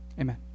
Amen